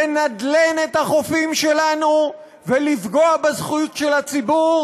לנדלֵן את החופים שלנו ולפגוע בזכות של הציבור